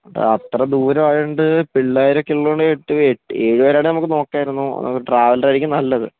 അത്ര ദൂരമായത് കൊണ്ട് പിള്ളേരൊക്കെ ഉള്ളത് കൊണ്ട് എട്ട് ഏഴുപേരായിരുന്നെങ്കിൽ നമുക്ക് നോക്കാമായിരുന്നു ട്രാവലറായിരിക്കും നല്ലത്